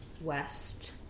west